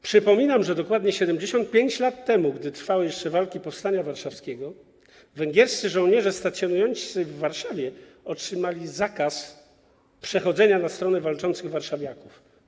Przypominam, że dokładnie 75 lat temu, gdy trwały jeszcze walki powstania warszawskiego, węgierscy żołnierze stacjonujący w Warszawie otrzymali zakaz przechodzenia na stronę walczących warszawiaków.